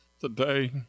today